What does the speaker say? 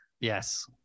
Yes